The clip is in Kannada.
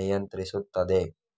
ನಿಯಂತ್ರಿಸುತ್ತದೆ